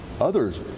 others